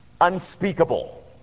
unspeakable